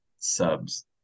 Subs